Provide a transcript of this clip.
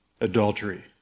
adultery